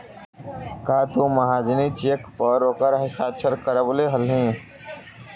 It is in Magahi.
का तु महाजनी चेक पर ओकर हस्ताक्षर करवले हलहि